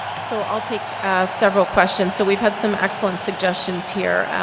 so i'll take several questions. so we've had some excellent suggestions here.